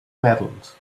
metals